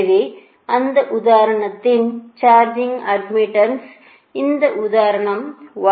எனவே அந்த உதாரணத்தின் சார்ஜிங் அட்மிட்டன்ஸ் இந்த உதாரணம் Y 10